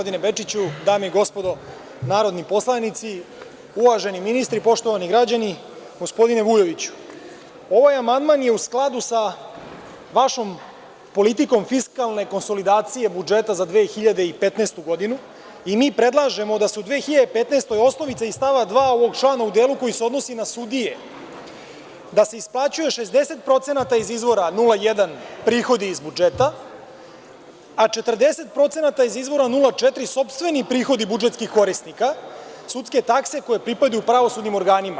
Dame i gospodo narodni poslanici, uvaženi ministri, poštovani građani, gospodine Vujoviću, ovaj amandman je u skladu sa vašom politikom fiskalne konsolidacije budžeta za 2015. godinu i mi predlažemo da se u 2015. godini osnovica iz stava 2. ovog člana, u delu koji se odnosi na sudije, da se isplaćuje 60% iz izvora 01 prihodi iz budžeta, a 40% iz izvora 04 sopstveni prihodi budžetskih korisnika sudske takse, koji pripadaju pravosudnim organima.